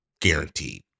guaranteed